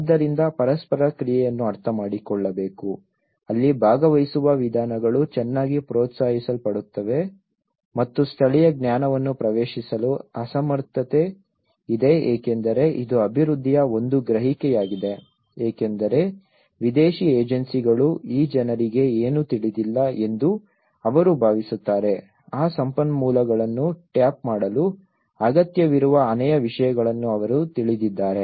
ಆದ್ದರಿಂದ ಪರಸ್ಪರ ಕ್ರಿಯೆಯನ್ನು ಅರ್ಥಮಾಡಿಕೊಳ್ಳಬೇಕು ಅಲ್ಲಿ ಭಾಗವಹಿಸುವ ವಿಧಾನಗಳು ಚೆನ್ನಾಗಿ ಪ್ರೋತ್ಸಾಹಿಸಲ್ಪಡುತ್ತವೆ ಮತ್ತು ಸ್ಥಳೀಯ ಜ್ಞಾನವನ್ನು ಪ್ರವೇಶಿಸಲು ಅಸಮರ್ಥತೆ ಇದೆ ಏಕೆಂದರೆ ಇದು ಅಭಿವೃದ್ಧಿಯ ಒಂದು ಗ್ರಹಿಕೆಯಾಗಿದೆ ಏಕೆಂದರೆ ವಿದೇಶಿ ಏಜೆನ್ಸಿಗಳು ಈ ಜನರಿಗೆ ಏನೂ ತಿಳಿದಿಲ್ಲ ಎಂದು ಅವರು ಭಾವಿಸುತ್ತಾರೆ ಆ ಸಂಪನ್ಮೂಲಗಳನ್ನು ಟ್ಯಾಪ್ ಮಾಡಲು ಅಗತ್ಯವಿರುವ ಅನೇಕ ವಿಷಯಗಳನ್ನು ಅವರು ತಿಳಿದಿದ್ದಾರೆ